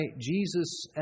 Jesus